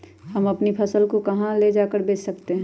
हम अपनी फसल को कहां ले जाकर बेच सकते हैं?